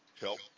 help